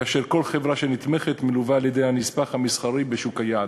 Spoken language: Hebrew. וכל חברה שנתמכת מלווה על-ידי הנספח המסחרי בשוק היעד.